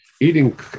Eating